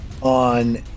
on